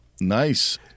Nice